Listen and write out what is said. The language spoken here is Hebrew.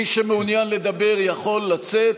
מי שמעוניין לדבר יכול לצאת,